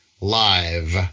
live